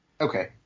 Okay